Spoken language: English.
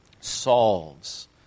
solves